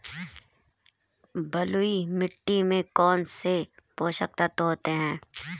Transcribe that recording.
बलुई मिट्टी में कौनसे पोषक तत्व होते हैं?